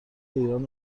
ایران